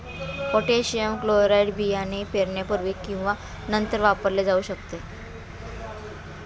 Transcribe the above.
potassium chloride बियाणे पेरण्यापूर्वी किंवा नंतर वापरले जाऊ शकते